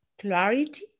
clarity